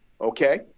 okay